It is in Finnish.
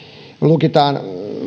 lukitaan